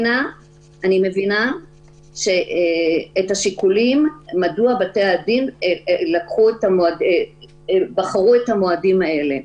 אני מבינה את השיקולים מדוע בתי הדין בחרו את המועדים האלה.